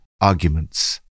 arguments